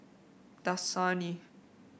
dasani